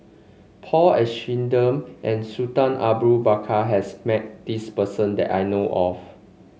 Paul Abisheganaden and Sultan Abu Bakar has met this person that I know of